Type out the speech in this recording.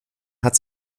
hat